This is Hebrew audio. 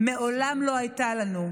מעולם לא הייתה לנו.